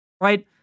right